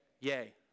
Yay